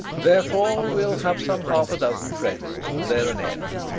therefore we'll have some half a dozen friends, and there an end.